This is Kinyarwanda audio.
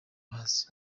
hasi